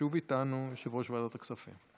שוב איתנו, יושב-ראש ועדת הכספים.